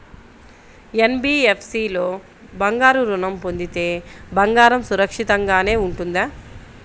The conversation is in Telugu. ఎన్.బీ.ఎఫ్.సి లో బంగారు ఋణం పొందితే బంగారం సురక్షితంగానే ఉంటుందా?